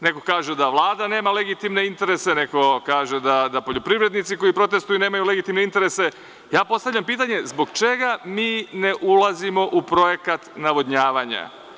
Neko kaže da Vlada nema legitimne interese, neko kaže da poljoprivrednici koji protestuju nemaju legitimne interese, a ja postavljam pitanje – zbog čega mi ne ulazimo u projekat navodnjavanja?